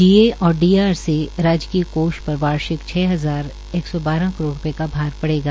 DA और DR से राजकीय कोष पर वार्षिक छ हजार एक सौ बारह करोड़ रूपये का भार पड़ेगा